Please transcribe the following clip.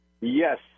Yes